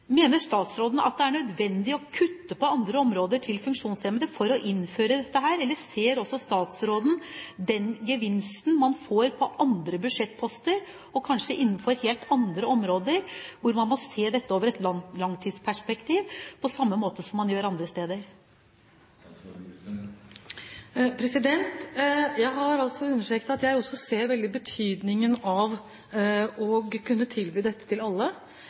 Mener statsråden at det er nødvendig å kutte på andre områder til funksjonshemmede for å innføre dette, eller ser også statsråden den gevinsten man får på andre budsjettposter – og kanskje innenfor helt andre områder – og at man må se dette i et langtidsperspektiv på samme måte som man gjør på andre områder? Jeg har understreket at jeg også ser betydningen av å kunne tilby dette til alle.